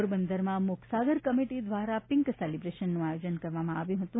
પોરબંદરમાં મોકરસાગર કમીટી દ્વારા પિન્ક સેલીબ્રેશનનું આયોજન કરવામાં આવ્યું હતું